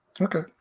Okay